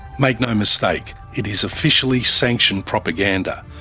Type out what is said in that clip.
make no mistake, it is officially sanctioned propaganda,